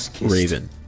raven